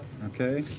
okay.